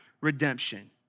redemption